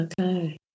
Okay